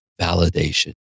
validation